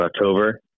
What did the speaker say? October